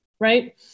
right